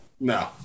no